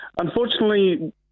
Unfortunately